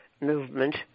movement